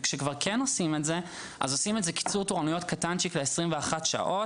וכשכבר כן עושים את זה אז עושים איזה קיצור תורנויות קטנצ'יק ל-21 שעות